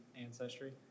ancestry